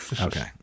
okay